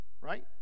Right